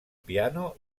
piano